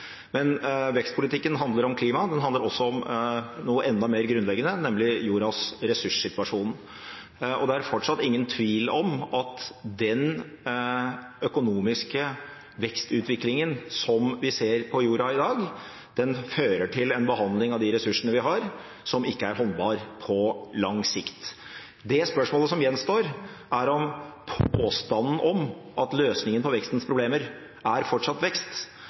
Men vekstpolitikken handler om klima. Den handler også om noe enda mer grunnleggende, nemlig jordas ressurssituasjon. Og det er fortsatt ingen tvil om at den økonomiske vekstutviklingen som vi ser på jorda i dag, fører til en behandling av de ressursene vi har, som ikke er holdbar på lang sikt. Det spørsmålet som da gjenstår, er påstanden om at løsningen på vekstens problemer er fortsatt vekst,